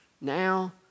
Now